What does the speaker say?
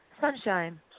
Sunshine